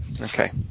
Okay